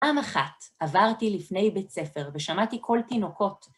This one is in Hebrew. פעם אחת עברתי לפני בית ספר ושמעתי קול תינוקות.